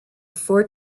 four